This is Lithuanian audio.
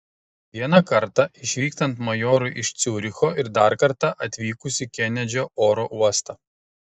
vieną kartą išvykstant majorui iš ciuricho ir dar kartą atvykus į kenedžio oro uostą